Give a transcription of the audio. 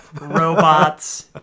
robots